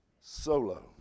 Solo